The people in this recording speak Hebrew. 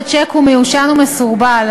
את הצעת החוק שרת המשפטים איילת